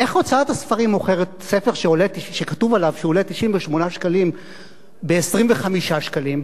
איך הוצאת הספרים מוכרת ספר שכתוב עליו שהוא עולה 98 שקלים ב-25 שקלים,